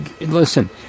listen